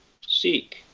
Seek